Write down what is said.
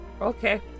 okay